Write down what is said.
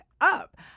up